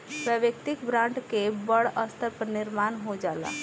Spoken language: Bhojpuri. वैयक्तिक ब्रांड के बड़ स्तर पर निर्माण हो जाला